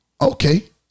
Okay